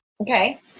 Okay